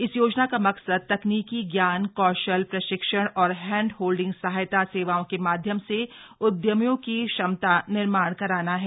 इस योजना का मकसद तकनीकी ज्ञान कौशल प्रशिक्षण और हैंड होल्डिंग सहायता सेवाओं के माध्यम से उद्यमियों की क्षमता निर्माण कराना है